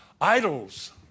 idols